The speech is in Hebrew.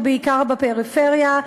בעיקר בפריפריה,